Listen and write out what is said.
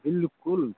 बिल्कुल